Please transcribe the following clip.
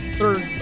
third